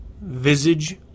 visage